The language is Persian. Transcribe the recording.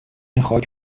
خاک